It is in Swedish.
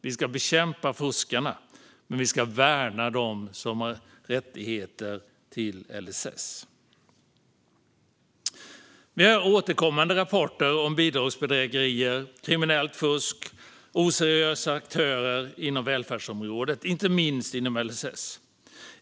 Vi ska bekämpa fuskarna, men vi ska värna dem som har rättigheter enligt LSS. Vi får återkommande rapporter om bidragsbedrägerier, kriminellt fusk och oseriösa aktörer inom välfärdsområdet - inte minst inom LSS.